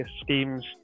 schemes